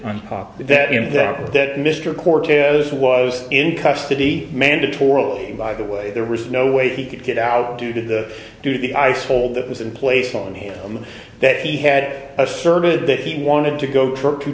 in that way that mr cortez was in custody mandatorily by the way there was no way he could get out due to the do the ice hold that was in place on him that he had asserted that he wanted to go to